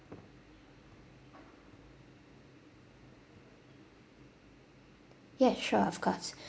yes sure of course